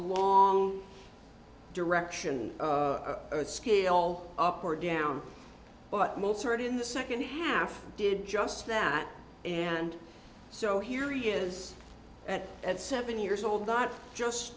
long direction or scale up or down but most are in the second half did just that and so here e is at seven years old not just